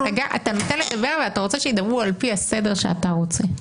אתה נותן לדבר ואתה רוצה שידברו על פי הסדר שאתה רוצה.